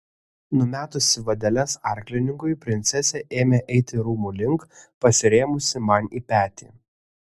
numetusi vadeles arklininkui princesė ėmė eiti rūmų link pasirėmusi man į petį